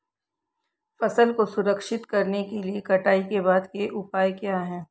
फसल को संरक्षित करने के लिए कटाई के बाद के उपाय क्या हैं?